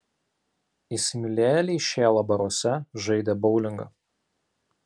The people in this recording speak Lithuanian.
įsimylėjėliai šėlo baruose žaidė boulingą